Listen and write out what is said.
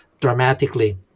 dramatically